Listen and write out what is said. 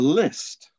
list